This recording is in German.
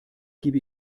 gebe